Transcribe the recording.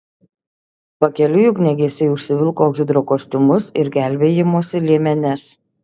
pakeliui ugniagesiai užsivilko hidrokostiumus ir gelbėjimosi liemenes